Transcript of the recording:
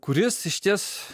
kuris išties